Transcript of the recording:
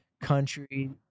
Country